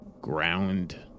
Ground